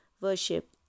worship